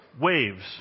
waves